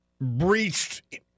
breached